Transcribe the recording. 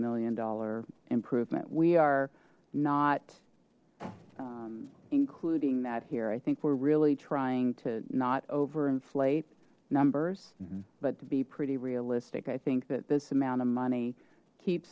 million dollar improvement we are not including that here i think we're really trying to not over inflate numbers but to be pretty realistic i think that this amount of money keep